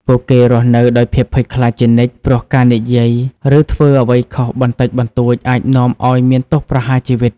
ពួកគេរស់នៅដោយភាពភ័យខ្លាចជានិច្ច ព្រោះការនិយាយ ឬធ្វើអ្វីខុសបន្តិចបន្តួចអាចនាំឲ្យមានទោសប្រហារជីវិត។